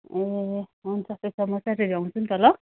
ए हुन्छ त्यसो म स्याटरडे आउँछु नि त ल